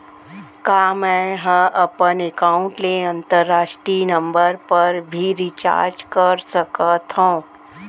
का मै ह अपन एकाउंट ले अंतरराष्ट्रीय नंबर पर भी रिचार्ज कर सकथो